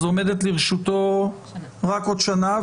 אז עומדת לרשותו רק עוד שנה,